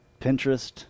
Pinterest